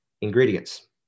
Ingredients